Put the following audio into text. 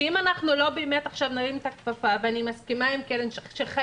שאם אנחנו לא באמת עכשיו נרים את הכפפה ואני מסכימה עם קרן שחייבים